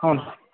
ಹಾಂ